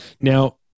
Now